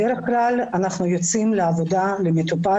בדרך כלל אנחנו יוצאים לעבודה למטופל